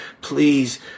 please